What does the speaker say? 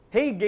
Hey